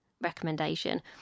recommendation